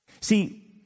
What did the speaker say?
See